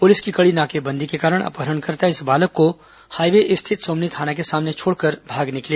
police की कड़ी नाकेबंदी के कारण अपहरणकर्ता इस बालक को हाईवे स्थित सोमनी थाना के सामने छोड़कर भाग निकले